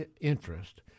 interest